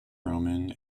roman